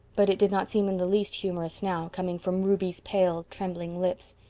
but it did not seem in the least humorous now, coming from ruby's pale, trembling lips.